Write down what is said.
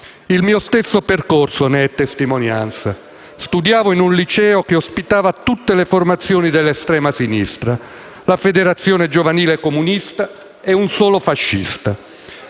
Il mio stesso percorso ne è una testimonianza. Studiavo in un liceo che ospitava tutte le formazioni dell'estrema sinistra, la Federazione giovanile comunista-italiana e un solo fascista.